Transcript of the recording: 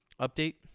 Update